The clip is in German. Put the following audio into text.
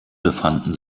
befanden